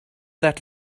that